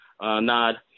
nod